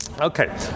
Okay